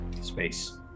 space